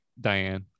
Diane